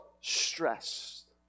stressed